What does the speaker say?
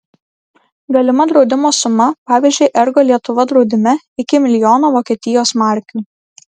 galima draudimo suma pavyzdžiui ergo lietuva draudime iki milijono vokietijos markių